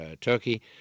Turkey